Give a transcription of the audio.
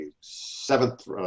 seventh